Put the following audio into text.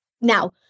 Now